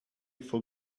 for